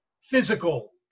physical